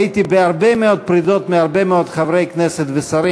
הייתי בהרבה מאוד פרידות מהרבה מאוד חברי כנסת ושרים,